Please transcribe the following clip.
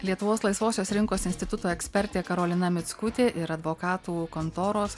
lietuvos laisvosios rinkos instituto ekspertė karolina mickutė ir advokatų kontoros